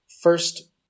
first